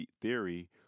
theory